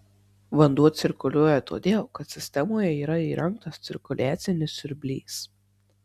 vanduo cirkuliuoja todėl kad sistemoje yra įrengtas cirkuliacinis siurblys